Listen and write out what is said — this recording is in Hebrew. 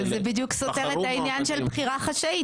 אבל זה בדיוק סותר את העניין של בחירה חשאית.